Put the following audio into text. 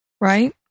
right